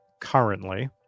currently